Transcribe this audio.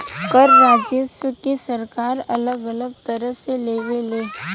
कर राजस्व के सरकार अलग अलग तरह से लेवे ले